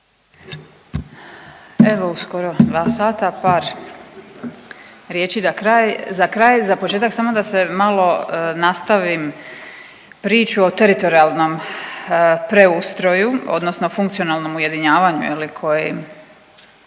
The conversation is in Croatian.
Evo uskoro dva sata, par riječi za kraj. Za početak samo da se malo nastavim priču o teritorijalnom preustroju, odnosno funkcionalnom ujedinjavanju koje